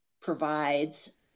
provides